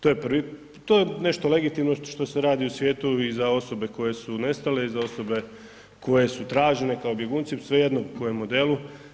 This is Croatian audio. To je prvi, to je nešto što se radi u svijetu i za osobe koje su nestale i za osobe koju su tražene kao bjegunci, svejedno u kojem modelu.